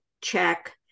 check